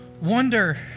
wonder